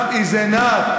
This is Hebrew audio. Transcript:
Enough is enough.